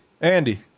Andy